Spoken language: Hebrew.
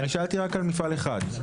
אני שאלתי רק על מפעל אחד.